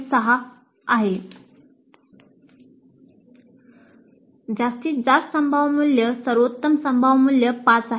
6 आहे जास्तीत जास्त संभाव्य मूल्य सर्वोत्तम संभाव्य मूल्य 5 आहे